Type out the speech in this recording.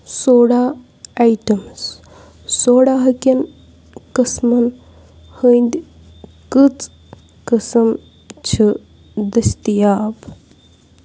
soda items سوڈاہٕکٮ۪ن قٕسٕمن ہٕنٛدۍ کٔژ قٕسم چھِ دٔستِیاب